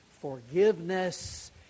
forgiveness